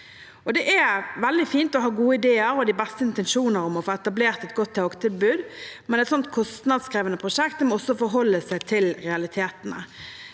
Det er veldig fint å ha gode ideer og de beste intensjoner om å få etablert et godt togtilbud, men et slikt kostnadskrevende prosjekt må også forholde seg til realitetene.